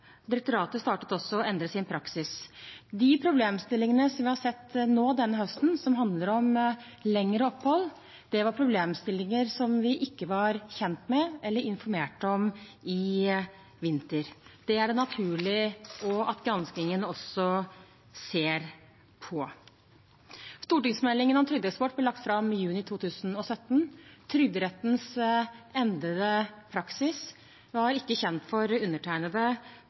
Direktoratet startet også å endre sin praksis. De problemstillingene som vi har sett denne høsten, som handler om lengre opphold, var problemstillinger som vi ikke var kjent med eller informert om i vinter. Det er naturlig at granskingen ser på det også. Stortingsmeldingen om trygdeeksport ble lagt fram i juni 2017. Trygderettens endrede praksis var ikke kjent for undertegnede